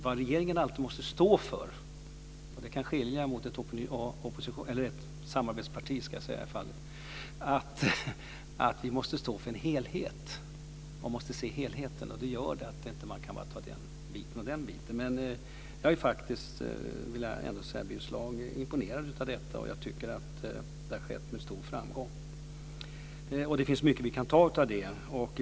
Vad regeringen alltid måste göra, till skillnad från ett oppositionsparti - eller samarbetsparti, ska jag säga i det här fallet - är att stå för en helhet. Vi måste se helheten. Det gör att man inte bara kan ta den biten och den biten. Men jag är faktiskt, det vill jag säga till Birger Schlaug, imponerad av detta. Jag tycker att det har skett med stor framgång, och det finns mycket vi kan ta av det.